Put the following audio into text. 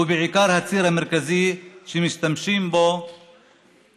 ובעיקר הציר המרכזי, שמשתמשים בו